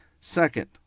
Second